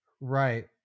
Right